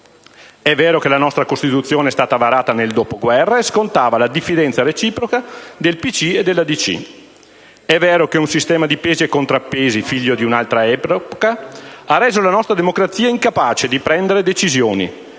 È vero che la nostra Costituzione è stata varata nel dopoguerra e scontava la diffidenza reciproca del PCI e della DC. È vero che un sistema di pesi e contrappesi, figlio di un'altra epoca, ha reso la nostra democrazia incapace di prendere decisioni,